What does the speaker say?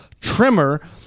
trimmer